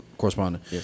correspondent